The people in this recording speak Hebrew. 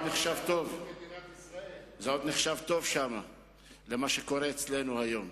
שם עוד נחשב טוב לעומת מה שקורה אצלנו היום.